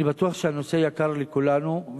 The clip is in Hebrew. אני בטוח שהנושא יקר לכולנו,